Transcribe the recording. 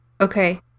okay